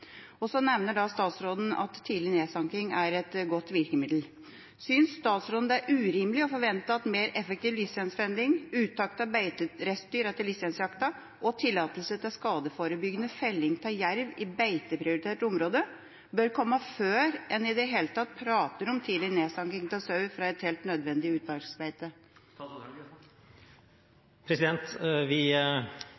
Så nevner statsråden at tidlig nedsanking er et godt virkemiddel. Synes statsråden det er urimelig å forvente at mer effektiv lisensfelling, uttak av resterende dyr etter lisensjakten og tillatelse til skadeforebyggende felling av jerv i beiteprioritert område bør komme før en i det hele tatt prater om tidlig nedsanking av sau fra et helt nødvendig utmarksbeite?